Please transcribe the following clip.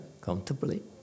comfortably